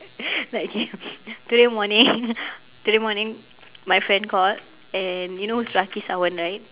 like okay today morning today morning my friend called and you know who is rakhi-sawant right